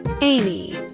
Amy